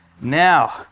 Now